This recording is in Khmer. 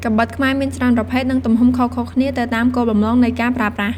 កាំបិតខ្មែរមានច្រើនប្រភេទ និងទំហំខុសៗគ្នា ទៅតាមគោលបំណងនៃការប្រើប្រាស់។